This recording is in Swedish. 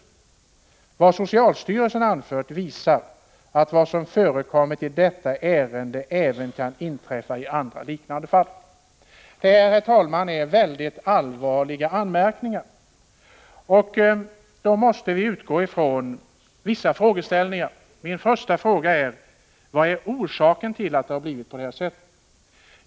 Vad socialstyrelsen anfört visar att vad som förekommit i detta ärende även kan inträffa i andra liknande fall.” Herr talman! Det här är mycket allvarliga anmärkningar. Vi måste därför utgå från vissa frågeställningar, och min första fråga är: Vad är orsaken till att det har blivit på det här sättet?